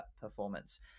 Performance